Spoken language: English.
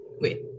Wait